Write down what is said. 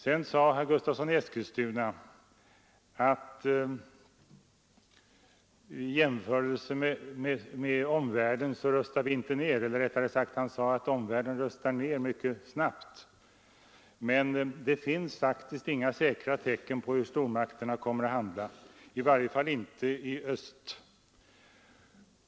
Sedan sade herr Gustavsson i Eskilstuna att omvärlden rustar ned mycket snabbt, och det gör inte vi i vårt land. Men det finns faktiskt inga säkra tecken på hur stormakt erna i det fallet kommer att handla, i varje fall inte i öst.